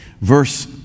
verse